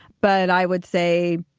but i would say,